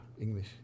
English